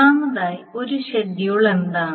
ഒന്നാമതായി ഒരു ഷെഡ്യൂൾ എന്താണ്